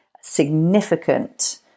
significant